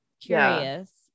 Curious